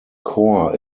core